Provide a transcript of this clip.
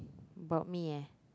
about me eh